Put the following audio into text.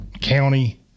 county